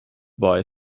boy